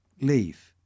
leave